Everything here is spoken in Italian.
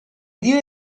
dio